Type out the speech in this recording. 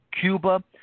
Cuba